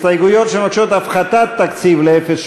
בעד,